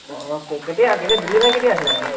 অঁ কেতিয়া কেতিয়া ডেলভাৰী কেতিয়া আছিল আপোনাৰ